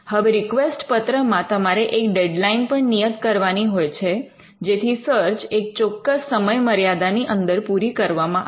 હવે રિકવેસ્ટ પત્રમા તમારે એક ડેડલાઇન પણ નિયત કરવાની હોય છે જેથી સર્ચ એક ચોક્કસ સમયમર્યાદાની અંદર પૂરી કરવામાં આવે